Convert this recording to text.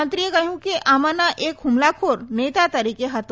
મંત્રીએ કહ્યું કે આમાંના એક હુમલાખોર નેતા તરીકે હતો